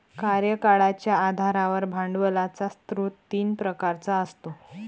कार्यकाळाच्या आधारावर भांडवलाचा स्रोत तीन प्रकारचा असतो